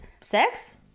sex